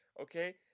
Okay